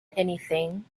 anything